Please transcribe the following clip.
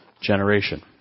generation